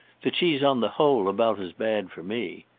that she's on the whole about as bad for me.